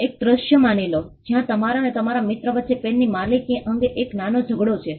એક દૃશ્ય માની લો જ્યાં તમારા અને તમારા મિત્ર વચ્ચે પેનની માલિકી અંગે એક નાનો ઝઘડો છે